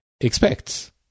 expects